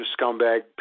scumbag